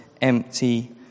empty